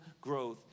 growth